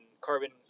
carbon